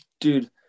dude